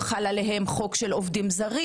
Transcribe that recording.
חל עליהם חוק של עובדים זרים,